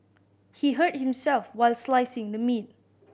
he hurt himself while slicing the meat